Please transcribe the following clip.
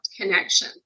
connection